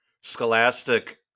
Scholastic